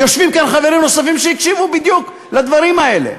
ויושבים כאן חברים נוספים שהקשיבו בדיוק לדברים האלה.